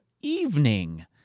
evening